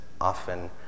often